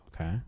Okay